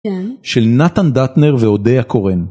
כן. של נתן דטנר ואודיה קורן.